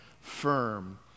firm